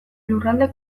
lurralde